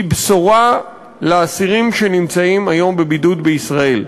היא בשורה לאסירים שנמצאים היום בבידוד בישראל.